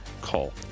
call